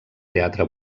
teatre